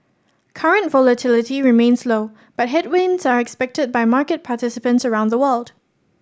current volatility remains low but headwinds are expected by market participants around the world